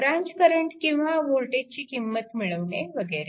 branch current किंवा वोल्टेजची किंमत मिळवणे वगैरे